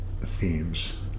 themes